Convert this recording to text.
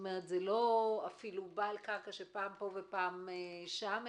זה לא אפילו בעל קרקע שפעם פה ופעם שם,